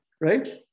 right